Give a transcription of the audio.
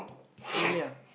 really ah